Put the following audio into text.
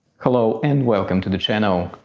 hello and welcome to the channel!